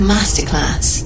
Masterclass